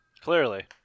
Clearly